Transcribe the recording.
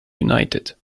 united